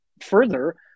further